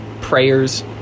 prayers